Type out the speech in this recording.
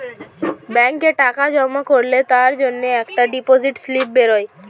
ব্যাংকে টাকা জমা করলে তার জন্যে একটা ডিপোজিট স্লিপ বেরোয়